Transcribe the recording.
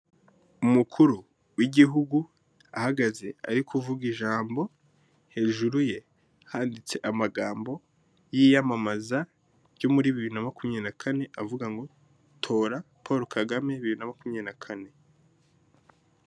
Umukuru w'igihugu ahagaze ari kuvuga ijambo hejuru ye handitse amagambo y'iyamamaza ryo muri 2024 ari kuvuga ngo tora paul kagame 2024